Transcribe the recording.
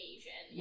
Asian